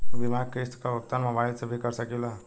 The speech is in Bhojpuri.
बीमा के किस्त क भुगतान मोबाइल से भी कर सकी ला?